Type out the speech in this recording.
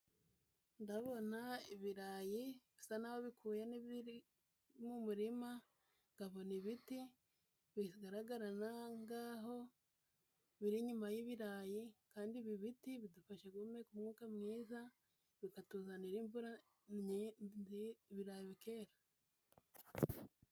Ndabona ibirayi bisa naho bikuye n'ibiri mu murima, nkabona ibiti bigaragara ngaho biri inyuma y'ibirayi kandi ibi biti bidufasha guhumeka umwuka mwiza, bikatuzanira imvura, ibirayi bikera.